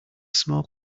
small